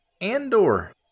Andor